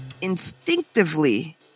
instinctively